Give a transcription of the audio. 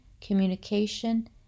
communication